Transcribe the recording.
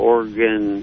Oregon